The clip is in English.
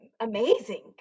amazing